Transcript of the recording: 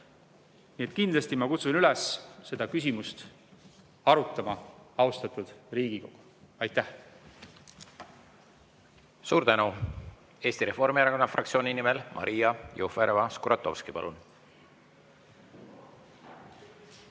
Nii et kindlasti ma kutsun üles seda küsimust arutama, austatud Riigikogu. Aitäh! Suur tänu! Eesti Reformierakonna fraktsiooni nimel Maria Jufereva-Skuratovski, palun!